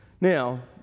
Now